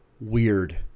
Weird